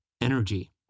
energy